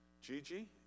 Gigi